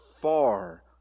far